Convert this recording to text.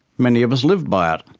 many of us live by it,